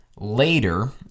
Later